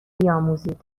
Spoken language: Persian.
بیاموزید